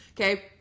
okay